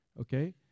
okay